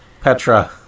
Petra